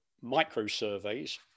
micro-surveys